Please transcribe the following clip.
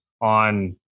on